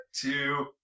two